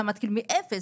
אתה מתחיל מאפס,